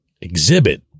exhibit